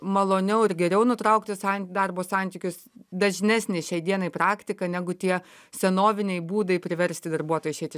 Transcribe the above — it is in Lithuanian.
maloniau ir geriau nutraukti san darbo santykius dažnesnė šiai dienai praktika negu tie senoviniai būdai priversti darbuotoją išeiti